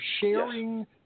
sharing